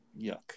Yuck